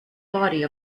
body